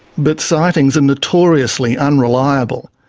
but sightings are notoriously unreliable.